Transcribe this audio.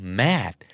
mad